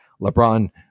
LeBron